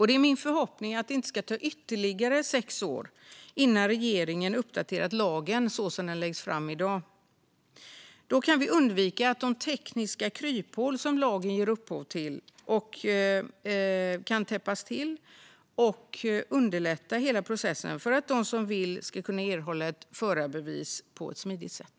Det är min förhoppning att det inte ska gå ytterligare sex år innan regeringen uppdaterar lagen som läggs fram i dag. Då kan vi täppa igen de tekniska kryphål som lagen ger upphov till och underlätta hela processen för att de som vill ska kunna erhålla ett förarbevis på ett smidigt sätt.